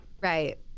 Right